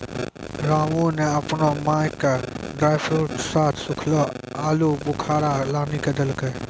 रामू नॅ आपनो माय के ड्रायफ्रूट साथं सूखलो आलूबुखारा लानी क देलकै